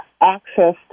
access